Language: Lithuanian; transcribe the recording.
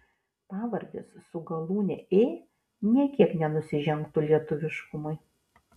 pavardės su galūne ė nė kiek nenusižengtų lietuviškumui